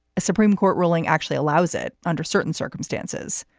a supreme court ruling actually allows it under certain circumstances,